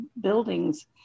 buildings